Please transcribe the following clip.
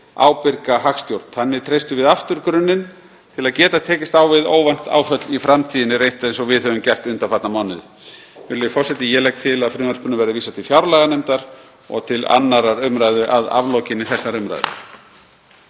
ábyrga hagstjórn. Þannig treystum við aftur grunninn til að geta tekist á við óvænt áföll í framtíðinni, rétt eins og við höfum gert undanfarna mánuði. Virðulegi forseti. Ég legg til að frumvarpinu verði vísað til fjárlaganefndar og til 2. umr. að aflokinni þessari umræðu.